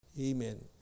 Amen